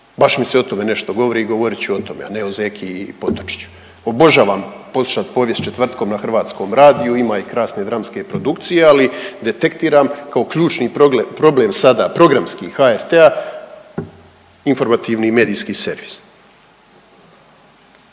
Baš mi se o tome nešto govori i govorit ću o tome, a ne o zeki i potočiću. Obožavam poslušati Povijest četvrtkom na Hrvatskom radiju, imaju i krasne dramske produkcije, ali detektiram kao ključni problem sada programski HRT-a informativni i medijski servis.